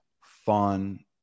Fun